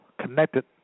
connected